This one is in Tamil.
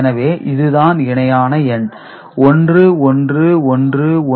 எனவே இதுதான் இணையான எண் 111101